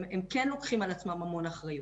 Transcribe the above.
הם כן לוקחים על עצמם המון אחריות,